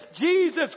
Jesus